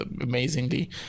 amazingly